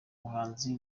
muhanzi